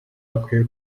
akwiye